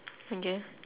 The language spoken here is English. okay